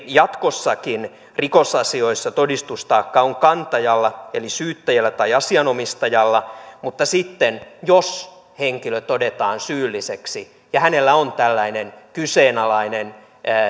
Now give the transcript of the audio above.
jatkossakin rikosasioissa todistustaakka on kantajalla eli syyttäjällä tai asianomistajalla mutta sitten jos henkilö todetaan syylliseksi ja hänellä on tällainen kyseenalainen